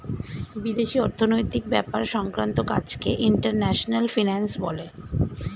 বিদেশি অর্থনৈতিক ব্যাপার সংক্রান্ত কাজকে ইন্টারন্যাশনাল ফিন্যান্স বলে